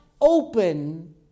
open